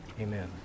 Amen